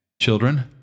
Children